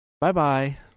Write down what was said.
Bye-bye